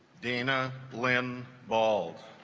dina lynn balls